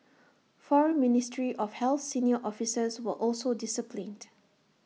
four ministry of health senior officers were also disciplined